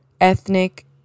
ethnic